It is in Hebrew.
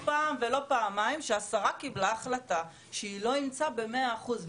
והיה לא פעם ולא פעמיים שהשרה קיבלה החלטה שהיא לא אימצה במאה אחוז,